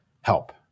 help